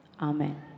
Amen